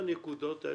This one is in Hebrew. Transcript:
שלוש,